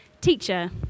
teacher